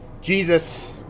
Jesus